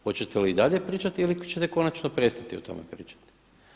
Hoćete li i dalje pričati ili ćete konačno prestati o tome pričati?